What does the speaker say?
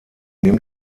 nimmt